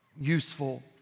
useful